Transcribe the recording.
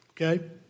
okay